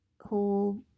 whole